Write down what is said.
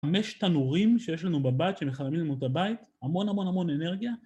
חמש תנורים שיש לנו בבית, שמחממים לנו את הבית, המון המון המון אנרגיה.